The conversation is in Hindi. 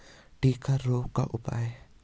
टिक्का रोग का उपाय?